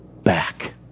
Back